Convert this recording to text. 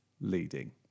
leading